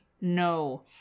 no